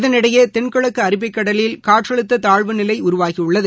இதனிடையேதென்கிழக்குஅரபிக்கடலில் ஒருகாற்றுத்ததாழ்வுநிலைஉருவாகியுள்ளது